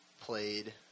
played